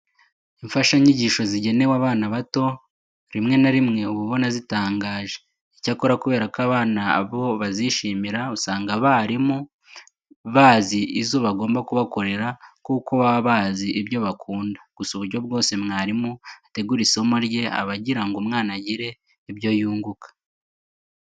Imfashanyigisho zigenewe abana bato rimwe na rimwe uba ubona zitangaje. Icyakora kubera ko abana bo bazishimira, usanga abarimu babo baba bazi izo bagomba kubakorera kuko baba bazi ibyo bakunda. Gusa uburyo bwose mwarimu ategura isomo rye aba agira ngo umwana agire ibyo yunguka.